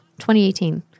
2018